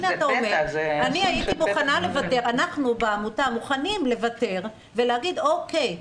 אנחנו בעמותה מוכנים לוותר ולהגיד אוקיי,